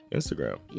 Instagram